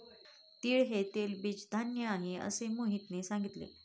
तीळ हे तेलबीज धान्य आहे, असे मोहितने सांगितले